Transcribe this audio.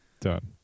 done